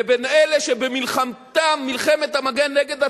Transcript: לאלה שבמלחמתם, מלחמת המגן נגד הטרור,